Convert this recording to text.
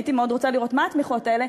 הייתי מאוד רוצה לראות מה התמיכות האלה,